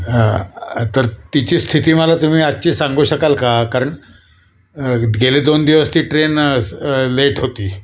हां तर तिची स्थिती मला तुम्ही आजची सांगू शकाल का कारण गेले दोन दिवस ती ट्रेन लेट होती